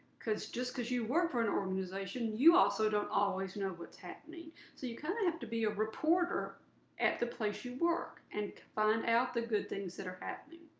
because just because you work for an organization, you also don't always know what's happening so kind of have to be a reporter at the place you work and find out the good things that are happening.